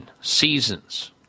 seasons